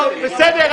בסדר.